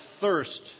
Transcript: thirst